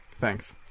Thanks